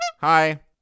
Hi